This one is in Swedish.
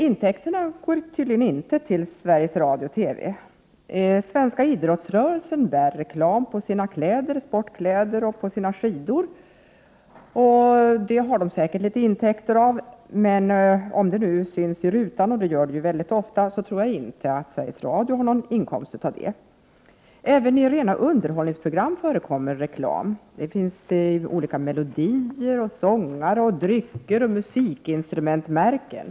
Intäkterna går tydligen inte till Sveriges Radio/TV. Svenska idrottsmän har reklam på sina kläder. Skidåkarna har reklam på skidorna. Säkert får idrottsmännen litet intäkter av det här. Men om det nu syns i rutan, och det gör det mycket ofta, tror jag inte att Sveriges Radio har någon inkomst av det. Även i rena underhållningsprogram förekommer reklam. Det finns olika melodier, sångare, drycker och musikinstrumentmärken.